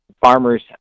farmers